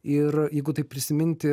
ir jeigu taip prisiminti